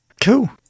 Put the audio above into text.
cool